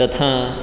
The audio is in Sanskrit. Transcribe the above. तथा